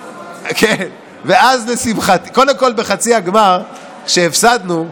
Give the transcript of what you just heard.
קודם כול, בחצי הגמר, כשהפסדנו,